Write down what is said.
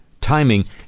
timing